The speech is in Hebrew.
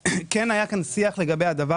לא.